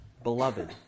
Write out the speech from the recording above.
Beloved